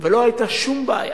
ולא היתה שום בעיה.